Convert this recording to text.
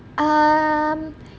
um